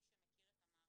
מי שמכיר את המערכת,